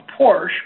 Porsche